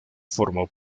formó